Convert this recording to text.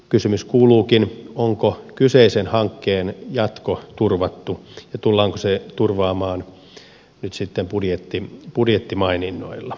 kysymys kuuluukin onko kyseisen hankkeen jatko turvattu ja tullaanko se turvaamaan nyt sitten budjettimaininnoilla